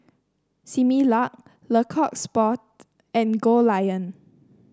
Similac Le Coq Sportif and Goldlion